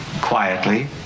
quietly